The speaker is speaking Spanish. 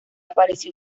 apareció